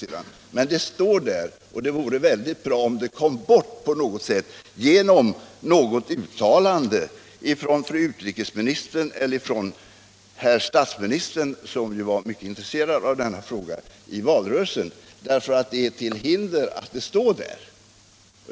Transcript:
Men meningen står där, och det vore väldigt bra om den kom bort på något sätt, t.ex. genom något uttalande av fru utrikesministern eller av herr statsministern, som ju var mycket intresserad av denna fråga i valrörelsen, därför att det är till hinder att uttalandet står i deklarationen.